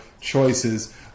choices